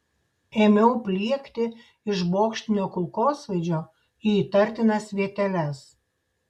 ėmiau pliekti iš bokštinio kulkosvaidžio į įtartinas vieteles